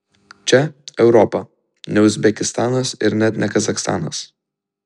čia europa ne uzbekistanas ir net ne kazachstanas